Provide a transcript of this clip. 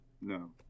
No